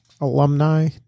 alumni